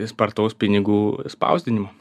spartaus pinigų spausdinimo